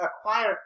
acquire